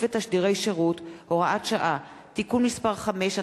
ותשדירי שירות) (הוראת שעה) (תיקון מס' 5),